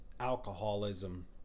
alcoholism